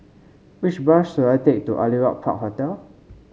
which bus should I take to Aliwal Park Hotel